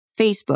Facebook